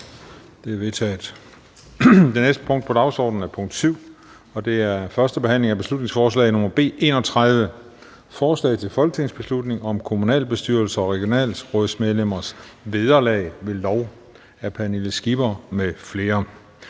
Det er vedtaget. --- Det næste punkt på dagsordenen er: 7) 1. behandling af beslutningsforslag nr. B 31: Forslag til folketingsbeslutning om kommunalbestyrelses- og regionsrådsmedlemmers vederlag ved orlov. Af Pernille Skipper (EL) m.fl.